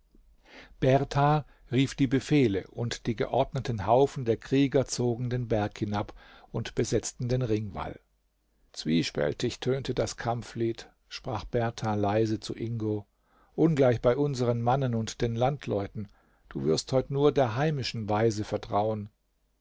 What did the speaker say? berthar rief die befehle und die geordneten haufen der krieger zogen den berg hinab und besetzten den ringwall zwiespältig tönte das kampflied sprach berthar leise zu ingo ungleich bei unseren mannen und den landleuten du wirst heut nur der heimischen weise vertrauen